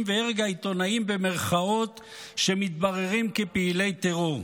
והרג ה"עיתונאים" שמתבררים כפעילי טרור.